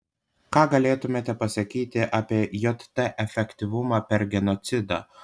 ką galėtumėte pasakyti apie jt efektyvumą per genocidą